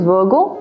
Virgo